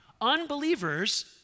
Unbelievers